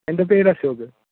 എൻ്റെ പേര് അശോക്